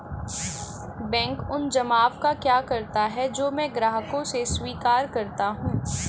Bank उन जमाव का क्या करता है जो मैं ग्राहकों से स्वीकार करता हूँ?